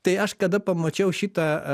tai aš kada pamačiau šitą